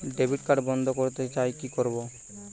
Debit card বন্ধ করতে চাই কি করব?